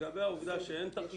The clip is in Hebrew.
בישראל אין את זה.